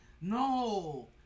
No